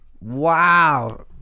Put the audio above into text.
Wow